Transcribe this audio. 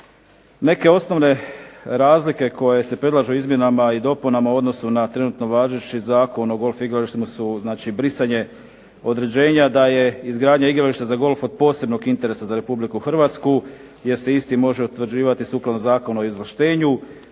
Neke osnovne razlike koje se predlažu izmjenama i dopunama u odnosu na trenutno važeći Zakon o golf igralištima su znači brisanje određenja da je izgradnja igrališta za golf od posebnog interesa za RH jer se isti može utvrđivati sukladno Zakonu o izvlaštenju,